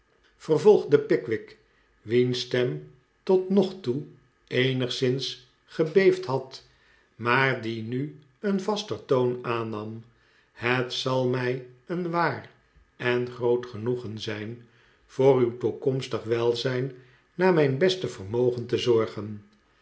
vervolgde pickwick wiens stem tot nog toe eenigszins gebeefd had maar die nu een vaster toon aannam het zal mij een waar en groot genoegen zijn voor uw toekomstig welzijn naar mijn beste vermogen te zorgen